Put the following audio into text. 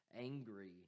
angry